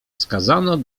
skazano